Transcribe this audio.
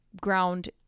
ground